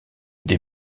des